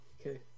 Okay